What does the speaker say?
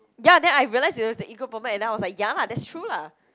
ya then I realised it was a ego problem and then I was like ya lah that's true lah